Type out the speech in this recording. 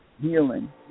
healing